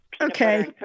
Okay